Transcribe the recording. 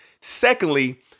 Secondly